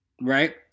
Right